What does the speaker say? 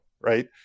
right